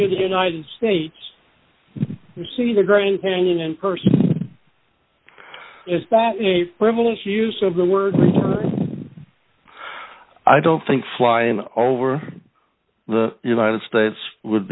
to the united states to see the grand canyon in person is that a frivolous use of the word i don't think flying all over the united states would